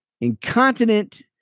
incontinent